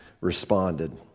responded